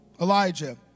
Elijah